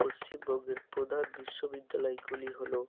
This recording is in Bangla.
পশ্চিমবঙ্গের প্রধান বিশ্ববিদ্যালয়গুলি হল